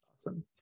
Awesome